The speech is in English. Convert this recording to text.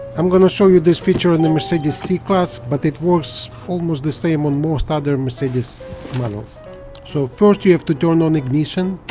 i'm gonna show you this feature in the mercedes c-class but it works almost the same on most other mercedes models so first you have to turn on ignition